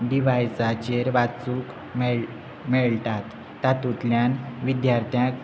डिवायसाचेर वाचूक मेळ मेळटात तातूंतल्यान विद्यार्थ्याक